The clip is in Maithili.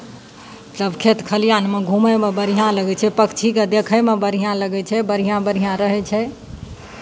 तब खेत खलिआनमे घूमयमे बढ़िआँ लगै छै पक्षीकेँ देखयमे बढ़िआँ लगै छै बढ़िआँ बढ़िआँ रहै छै